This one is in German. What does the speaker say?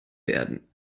werden